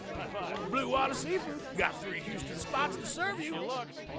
high five. blue water seafood. got three houston spots to serve you. you looked.